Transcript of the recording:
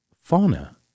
fauna